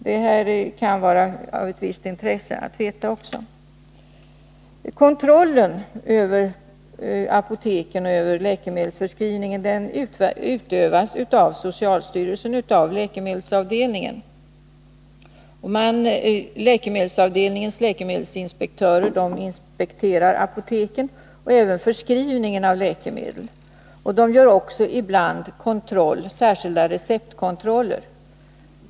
Det här kan också vara av visst intresse att Kontrollen över apoteken och över läkemedelsförskrivningen utövas av socialstyrelsens läkemedelsavdelning. Dess läkemedelsinspektörer inspekterar apoteken och även förskrivningen av läkemedel. De gör också ibland särskilda receptkontroller.